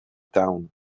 town